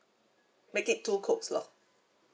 make it two Cokes lor